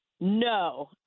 No